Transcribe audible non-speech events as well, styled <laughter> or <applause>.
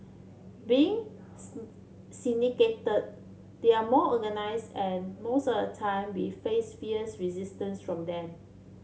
being <unintelligible> syndicated they are more organised and most of the time we face fierce resistance from them